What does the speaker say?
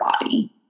body